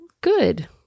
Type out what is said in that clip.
Good